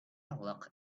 locked